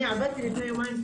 אני עברתי לפני יומיים,